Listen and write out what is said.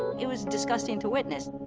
it was disgusting to witness.